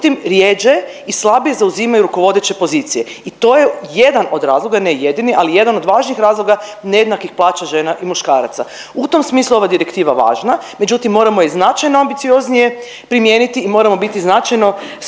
međutim rjeđe i slabije zauzimaju rukovodeće pozicije. I to je jedan od razloga, ne jedini, ali jedan od važnih razloga nejednakih plaća žena i muškaraca. U tom smislu je ova direktiva važna međutim moramo je značajno ambicioznije primijeniti i moramo biti značajno